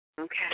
Okay